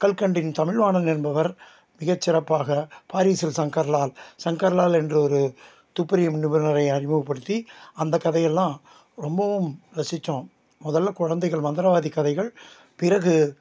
கல்கண்டின் தமிழ்வாணன் என்பவர் மிகச்சிறப்பாக பாரிஸில் சங்கர்லால் சங்கர்லால் என்ற ஒரு துப்பறியும் நிபுணரை அறிமுகப்படுத்தி அந்த கதையெல்லாம் ரொம்பவும் ரசித்தோம் முதல்ல குழந்தைகள் மந்திரவாதி கதைகள் பிறகு